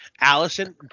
Allison